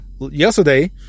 yesterday